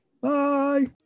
Bye